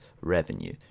revenue